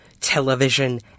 television